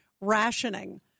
rationing